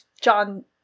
John